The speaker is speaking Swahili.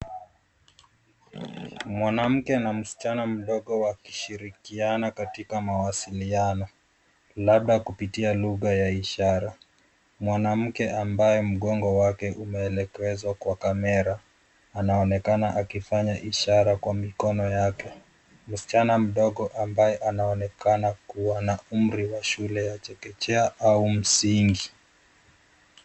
Mwanamke na msichana mdogo wakishirikiana katika mawasiliano, labda kupitia lugha ya ishara. Mwanamke ambaye mgongo wake umeelekezwa kwa kamera, anaonekana akifanya ishara kwa mikono yake. Msichana mdogo ambaye anaonekana kuwa na umri wa shule ya chekechea au msingi.